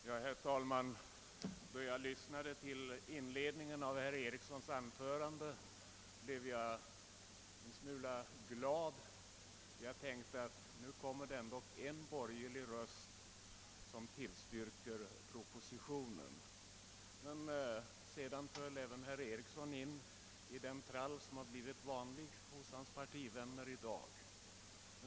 Herr talman! Då jag lyssnade till inledningen av herr Ericssons i Åtvidaberg anförande gladde jag mig en smula; jag tänkte att nu kommer det ändock en borgerlig röst som tillstyrker propositionen. Men sedan föll även herr Ericsson in i den trall som blivit vanlig hos hans partivänner i dag.